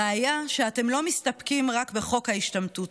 הבעיה היא שאתם לא מסתפקים רק בחוק ההשתמטות,